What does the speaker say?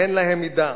אין להם מידה,